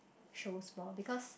shows more because